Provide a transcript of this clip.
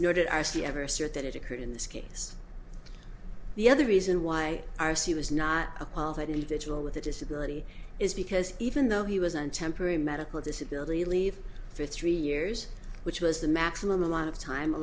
i see ever search that it occurred in this case the other reason why i say he was not a qualified individual with a disability is because even though he was in temporary medical disability leave for three years which was the maximum amount of time a